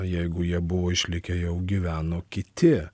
jeigu jie buvo išlikę jau gyveno kiti